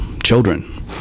Children